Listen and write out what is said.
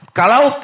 kalau